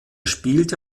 spielte